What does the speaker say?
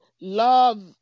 Love